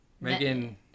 Megan